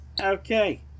Okay